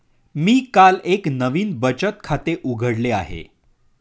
मी काल एक नवीन बचत खाते उघडले आहे